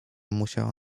musiała